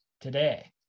today